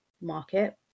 market